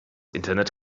internet